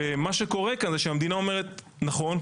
ומה שקורה כאן זה שהמדינה אומרת נכון,